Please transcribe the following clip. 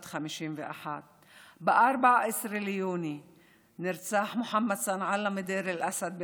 בת 51. ב-14 ביוני נרצח מחמוד סנעאללה מדיר אל-אסד,